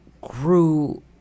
grew